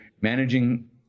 managing